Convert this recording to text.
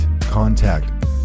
contact